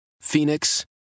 Phoenix